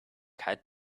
had